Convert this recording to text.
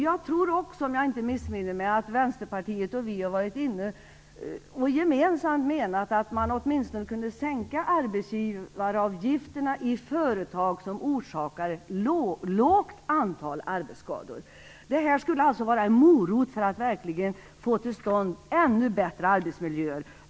Jag tror också, om jag inte missminner mig, att Vänsterpartiet och vi gemensamt har menat att man åtminstone kunde sänka arbetsgivaravgifterna i företag som orsakar lågt antal arbetsskador. Detta skulle alltså vara en morot för att verkligen få till stånd ännu bättre arbetsmiljöer.